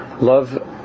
love